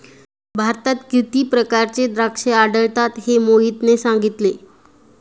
भारतात किती प्रकारची द्राक्षे आढळतात हे मोहितने सांगितले